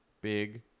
big